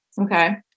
Okay